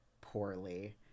poorly